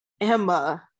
Emma